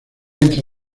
entre